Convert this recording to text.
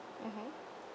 mmhmm